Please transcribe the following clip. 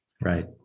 Right